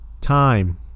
time